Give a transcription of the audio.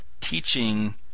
teaching